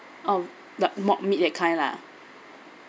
orh like mock meat that kind lah